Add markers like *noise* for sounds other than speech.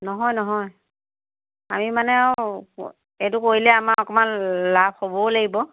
নহয় নহয় আমি মানে আৰু *unintelligible* এইটো কৰিলে আমাৰ অকণমান লাভ হ'বও লাগিব